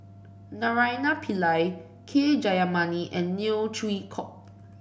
Naraina Pillai K Jayamani and Neo Chwee Kok